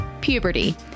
Puberty